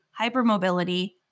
hypermobility